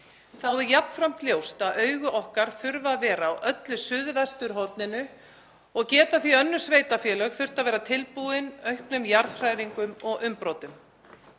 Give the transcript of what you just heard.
Þá er jafnframt ljóst að augu okkar þurfa að vera á öllu suðvesturhorninu og geta því önnur sveitarfélög þurft að vera viðbúin auknum jarðhræringum og umbrotum.